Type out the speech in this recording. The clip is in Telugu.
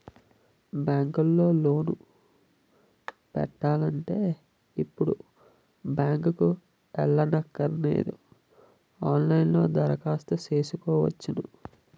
బ్యాంకు లో లోను పెట్టాలంటే ఇప్పుడు బ్యాంకుకి ఎల్లక్కరనేదు ఆన్ లైన్ లో దరఖాస్తు సేసుకోవచ్చును